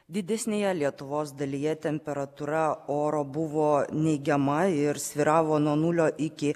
didesnėje lietuvos dalyje temperatūra oro buvo neigiama ir svyravo nuo nulio iki